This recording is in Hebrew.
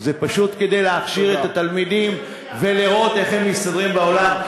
זה פשוט כדי להכשיר את התלמידים ולראות איך הם מסתדרים בעולם,